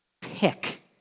Pick